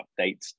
updates